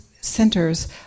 centers